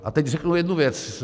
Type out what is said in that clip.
A teď řeknu jednu věc.